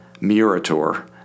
Murator